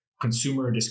Consumer